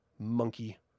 monkey